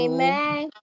Amen